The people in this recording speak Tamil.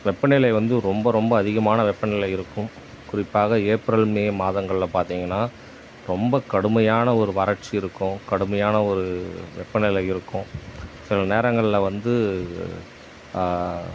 வெப்பநிலை வந்து ரொம்ப ரொம்ப அதிகமான வெப்பநிலை இருக்கும் குறிப்பாக ஏப்ரல் மே மாதங்களில் பார்த்திங்கன்னா ரொம்ப கடுமையான ஒரு வறட்சி இருக்கும் கடுமையான ஒரு வெப்பநிலை இருக்கும் சில நேரங்களில் வந்து